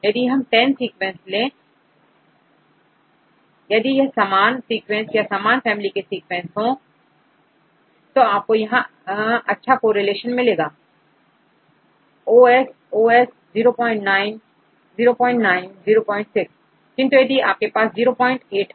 यदि हम10 सीक्वेंसेस ले आ यदि यह समान सीक्वेंस या समान फैमिली के सीक्वेंस हों तो आपको यहां अच्छा को रिलेशन दिखाई देगा0s 0s 09 09 06 किंतु यदि आपके पास08 हो